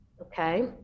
okay